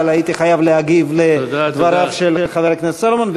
אבל הייתי חייב להגיב לדבריו של חבר הכנסת סולומון.